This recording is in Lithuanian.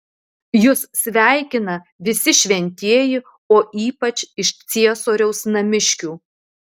jus sveikina visi šventieji o ypač iš ciesoriaus namiškių